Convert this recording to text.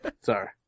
Sorry